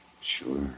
sure